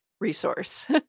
resource